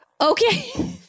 Okay